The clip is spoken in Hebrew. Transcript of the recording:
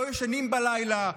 לא ישנים בלילה,